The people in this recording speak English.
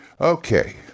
Okay